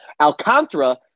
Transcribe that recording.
Alcantara